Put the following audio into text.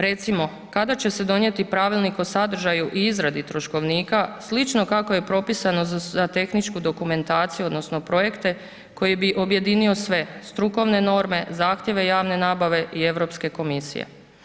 Recimo, kada će se donijeti Pravilnik o sadržaju i izradi troškovnika, slično kako je propisano za tehničku dokumentaciju odnosno projekte koji bi objedinio sve, strukovne norme, zahtjeve javne nabave i EU komisije?